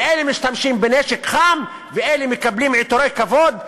ואלה משתמשים בנשק חם ואלה מקבלים עיטורי כבוד.